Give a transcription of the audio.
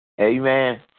Amen